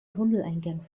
tunneleingang